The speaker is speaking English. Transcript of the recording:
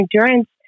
endurance